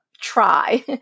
try